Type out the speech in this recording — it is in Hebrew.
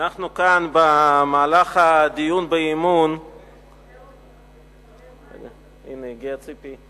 אנחנו כאן במהלך הדיון באי-אמון הנה, הגיעה ציפי.